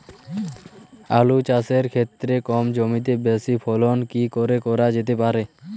আলু চাষের ক্ষেত্রে কম জমিতে বেশি ফলন কি করে করা যেতে পারে?